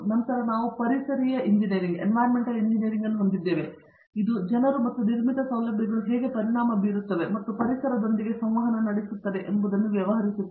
ನಂತರ ನಾವು ಪರಿಸರೀಯ ಎಂಜಿನೀಯರಿಂಗ್ ಅನ್ನು ಹೊಂದಿದ್ದೇವೆ ಇದು ಜನರು ಮತ್ತು ನಿರ್ಮಿತ ಸೌಲಭ್ಯಗಳು ಹೇಗೆ ಪರಿಣಾಮ ಬೀರುತ್ತವೆ ಮತ್ತು ಪರಿಸರದೊಂದಿಗೆ ಸಂವಹನ ನಡೆಸುತ್ತವೆ ಎಂಬುದನ್ನು ವ್ಯವಹರಿಸುತ್ತದೆ